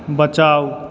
बचाउ